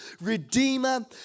redeemer